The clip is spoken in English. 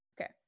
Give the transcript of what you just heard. Okay